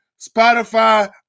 Spotify